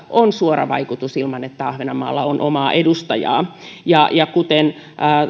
on suora vaikutus ilman että ahvenanmaalla on omaa edustajaa ja ja kuten